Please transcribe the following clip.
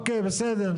אוקיי, בסדר.